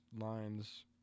lines